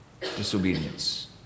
disobedience